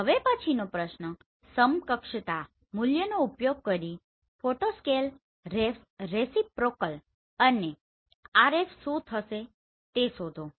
હવે પછીનો પ્રશ્ન સમકક્ષતા મૂલ્યનો ઉપયોગ કરીને ફોટો સ્કેલ રેસીપ્રોકલ અને RF શું થશે તે શોધો